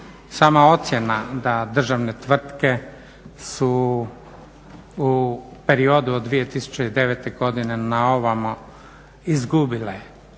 Sama ocjena da državne tvrtke su u periodu od 2009. godine na ovamo izgubile